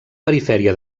perifèria